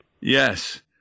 Yes